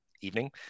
evening